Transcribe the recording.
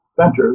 centers